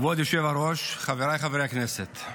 כבוד היושב-ראש, חבריי חברי הכנסת,